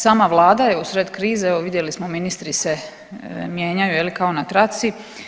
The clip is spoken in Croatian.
Sama vlada je u sred krize, evo vidjeli smo ministri se mijenjaju je li kao na traci.